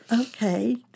okay